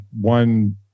one